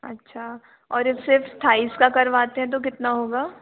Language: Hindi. अच्छा और यह सिर्फ़ थाइस का करवाते हैं तो कितना होगा